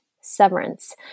severance